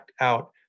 out